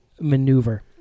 maneuver